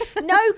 No